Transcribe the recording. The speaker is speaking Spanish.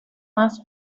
más